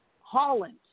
Holland